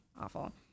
Awful